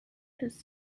has